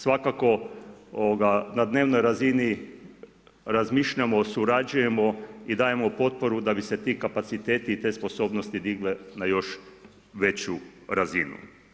Svakako, na dnevnoj razini razmišljamo, surađujemo i dajemo potporu da bi se ti kapaciteti i te sposobnosti digle na još veću razinu.